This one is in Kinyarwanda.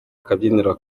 kabyiniro